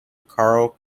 carl